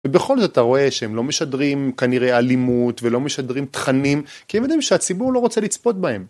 ובכל זאת אתה רואה שהם לא משדרים כנראה אלימות ולא משדרים תכנים כי הם יודעים שהציבור לא רוצה לצפות בהם.